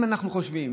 אם אנחנו חושבים,